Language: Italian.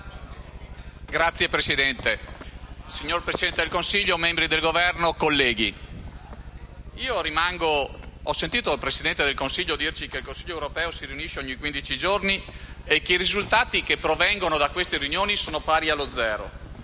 Signor Presidente, signor Presidente del Consiglio, membri del Governo, colleghi, ho sentito il Presidente del Consiglio dirci che il Consiglio europeo si riunisce ogni quindici giorni e che i risultati che provengono da quelle riunioni sono pari a zero,